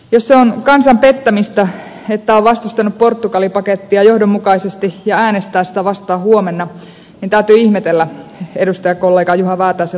jos se on kansan pettämistä että on vastustanut portugali pakettia johdonmukaisesti ja äänestää sitä vastaan huomenna niin täytyy ihmetellä edustajakollega juha väätäisen logiikkaa